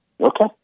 Okay